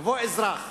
יבוא אזרח,